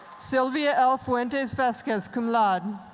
silvia l. fuentes vasquez, cum laude.